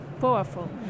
powerful